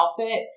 outfit